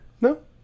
No